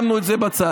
שמנו את זה בצד.